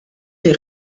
les